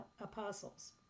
Apostles